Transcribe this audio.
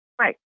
right